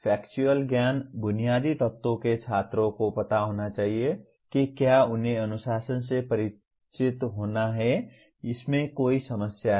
factual ज्ञान बुनियादी तत्वों के छात्रों को पता होना चाहिए कि क्या उन्हें अनुशासन से परिचित होना है या इसमें कोई समस्या है